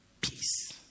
Peace